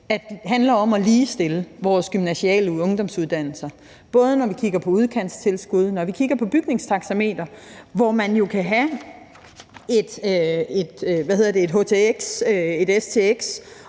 Det handler om at ligestille vores gymnasiale ungdomsuddannelser, både når vi kigger på udkantstilskud, og når vi kigger på bygningstaxameter, hvor man jo kan have et htx, et stx